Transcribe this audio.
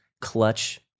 clutch